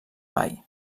mai